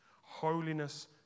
Holiness